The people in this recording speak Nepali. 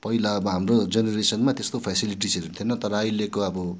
पहिला अब हाम्रो जेनेरेसनमा त्यस्तो फेसिलिटिसहरू थिएन तर अहिलेको अब